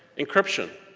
encryption.